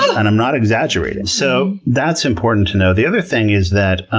and i'm not exaggerating, so that's important to know. the other thing is that